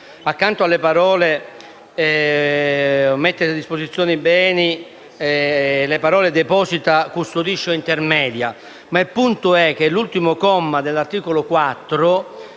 prima delle parole «mette a disposizione beni», le parole «deposita, custodisce, intermedia»